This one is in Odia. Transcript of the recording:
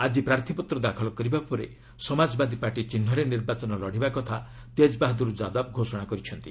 ଆକି ପ୍ରାର୍ଥୀପତ୍ର ଦାଖଲ କରିବା ପରେ ସମାଜବାଦୀ ପାର୍ଟି ଚିହ୍ନରେ ନିର୍ବାଚନ ଲଢ଼ିବା କଥା ତେଜ୍ ବାହାଦୂର ଯାଦବ ଘୋଷଣା କରିଛନ୍ତି